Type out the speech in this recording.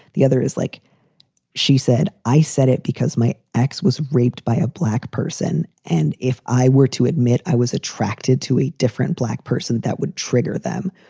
the other is, like she said, i said it because my ex was raped by a black person. and if i were to admit i was attracted to a different black person, that would trigger them,